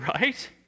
right